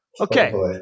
Okay